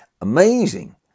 Amazing